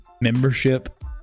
membership